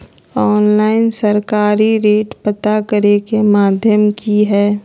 Online सरकारी rate पता करे के माध्यम की हय?